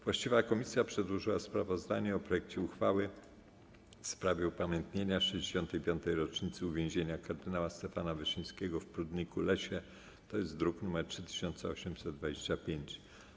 Właściwa komisja przedłożyła sprawozdanie o projekcie uchwały w sprawie upamiętnienia 65. rocznicy uwięzienia kardynała Stefana Wyszyńskiego w Prudniku-Lesie, druk nr 3825.